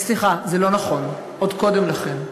סליחה, זה לא נכון, עוד קודם לכן.